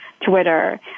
Twitter